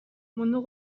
mundu